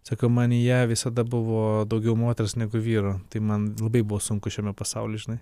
sako manyje visada buvo daugiau moters negu vyro tai man labai buvo sunku šiame pasauly žinai